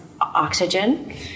oxygen